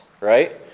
right